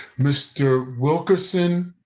mr. wilkerson,